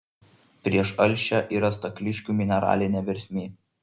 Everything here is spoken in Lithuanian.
prieš alšią yra stakliškių mineralinė versmė